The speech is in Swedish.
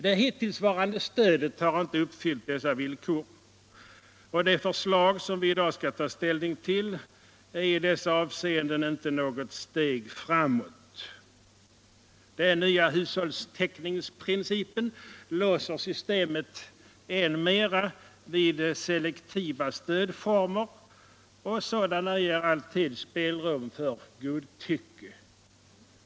Det hittillsvarande stödet har inte uppfyllt dessa villkor, och det förslag som vi i dag skall ta ställning till är i dessa avseenden inte något steg framåt. Den nya hushållstäckningsprincipen låser systemet än mera vid selektiva stödformer, och sådana ger alltid spelrum för godtycke.